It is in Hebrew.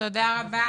תודה רבה.